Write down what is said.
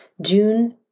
June